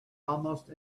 almost